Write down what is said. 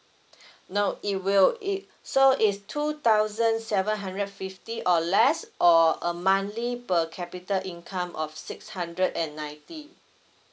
no it will it so is two thousand seven hundred fifty or less or a monthly per capita income of six hundred and ninety